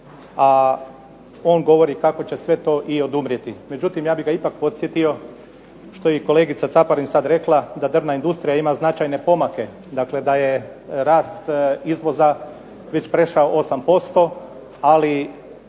a on govori kako će sve to i odumrijeti. Međutim, ja bih ga ipak podsjetio što je i kolegica Caparin sada rekla da drvna industrija ima značajne pomake, dakle da je rast izvoza već prešao 8%. Ali